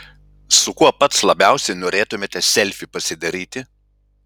su kuo pats labiausiai norėtumėte selfį pasidaryti